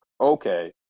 okay